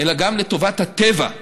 אלא גם לטובת הטבע.